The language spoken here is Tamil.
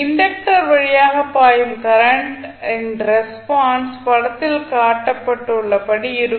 இன்டக்டர் வழியாக பாயும் கரண்ட் ன் ரெஸ்பான்ஸ் படத்தில் காட்டப்பட்டுள்ளபடி இருக்கும்